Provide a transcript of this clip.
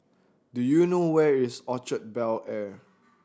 do you know where is Orchard Bel Air